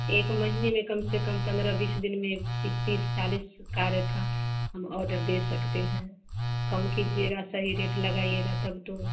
एक महीने में कम से कम पंद्रह बीस दिन में पी तीस चालीस कार का हम ऑर्डर दे सकते हैं कम कीजिएगा सही रेट लगाइएगा तब तो